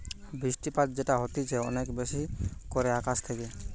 বৃষ্টিপাত যেটা হতিছে অনেক বেশি করে আকাশ থেকে